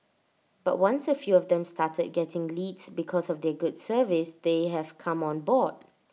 but once A few of them started getting leads because of their good service they have come on board